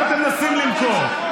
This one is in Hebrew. מה אתם מנסים למכור?